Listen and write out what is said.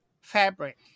fabric